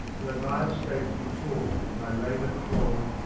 though my estate be poor, my rahnent torn,